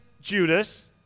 Judas